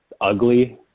ugly